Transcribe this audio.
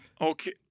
Okay